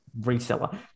reseller